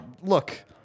Look